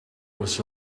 was